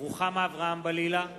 רוחמה אברהם-בלילא,